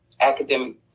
academic